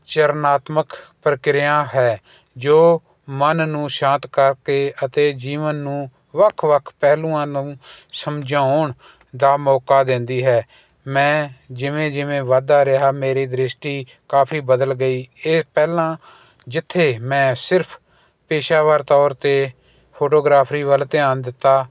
ਚਰਨਾਤਮਕ ਪ੍ਰਕਿਰਿਆ ਹੈ ਜੋ ਮਨ ਨੂੰ ਸ਼ਾਂਤ ਕਰਕੇ ਅਤੇ ਜੀਵਨ ਨੂੰ ਵੱਖ ਵੱਖ ਪਹਿਲੂਆਂ ਨੂੰ ਸਮਝਾਉਣ ਦਾ ਮੌਕਾ ਦਿੰਦੀ ਹੈ ਮੈਂ ਜਿਵੇਂ ਜਿਵੇਂ ਵਧਦਾ ਰਿਹਾ ਮੇਰੀ ਦ੍ਰਿਸ਼ਟੀ ਕਾਫ਼ੀ ਬਦਲ ਗਈ ਇਹ ਪਹਿਲਾਂ ਜਿੱਥੇ ਮੈਂ ਸਿਰਫ਼ ਪੇਸ਼ਾਵਰ ਤੌਰ 'ਤੇ ਫੋਟੋਗ੍ਰਾਫਰੀ ਵੱਲ ਧਿਆਨ ਦਿੱਤਾ